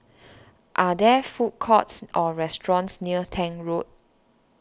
are there food courts or restaurants near Tank Road